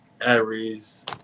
Aries